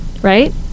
right